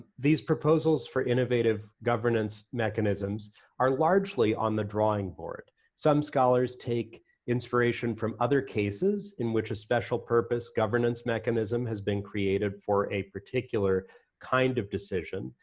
these proposals for innovative governance mechanisms are largely on the drawing board. some scholars take inspiration from other cases, in which a special purpose, governance mechanism has been created for a particular kind of decision,